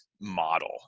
model